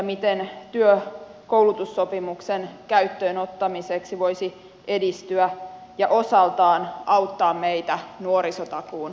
miten työ koulutussopimuksen käyttöönottamiseksi voisi edistyä ja osaltaan auttaa meitä nuorisotakuun toteuttamisessa